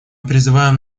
призываем